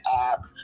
app